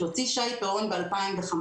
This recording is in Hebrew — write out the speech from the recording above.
שהוציא שי פירון ב-2015,